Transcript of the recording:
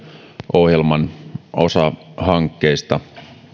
ohjelman osahankkeista